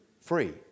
free